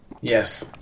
Yes